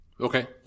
Okay